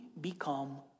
become